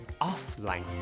offline